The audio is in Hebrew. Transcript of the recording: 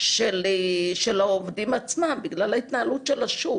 של העובדים עצמם, בגלל ההתנהלות של השוק